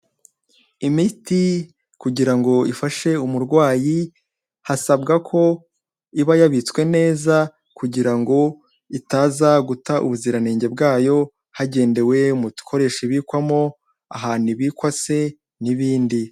Imiti kugirango ifashe umurwayi, hasabwa ko iba yabitswe neza, kugirango itaza guta ubuziranenge bwayo hagendewe mu dukoresho ibikwamo, ahantu ibikwa se, n'ibindi.